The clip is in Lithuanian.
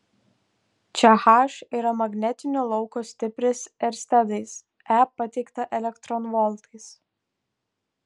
čia h yra magnetinio lauko stipris erstedais e pateikta elektronvoltais